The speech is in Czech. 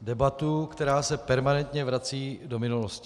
debatu, která se permanentně vrací do minulosti.